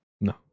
No